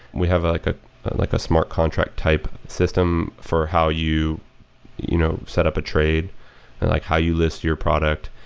we have like ah like a smart contract type system for how you you know set up a trade and like how you list your product,